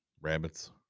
rabbits